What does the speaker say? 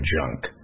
junk